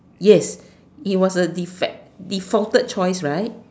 yes it was a deface defaulted choice right